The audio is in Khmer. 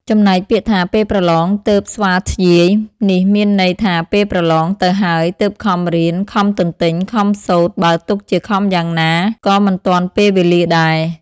ចំណែកពាក្យថាពេលប្រឡងទើបស្វាធ្យាយ នេះមានន័យថាពេលប្រលងទៅហើយ ទើបខំរៀន ខំទន្ទេញ ខំសូត្រ បើទុកជាខំយ៉ាងណា ក៏មិនទាន់ពេលវេលាដែរ ។